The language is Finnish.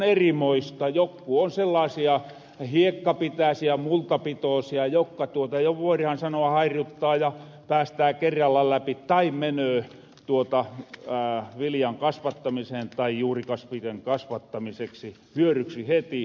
jokku on sellaasia hiekkapitoosia multapitoosia jokka jo voirahan sanoa haihruttaa ja päästää kerralla läpi tai menöö viljan kasvattamiseen tai juurikasviljan kasvattamiseksi hyöryksi heti